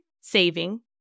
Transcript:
saving